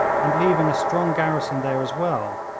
and leaving a strong garrison there as well,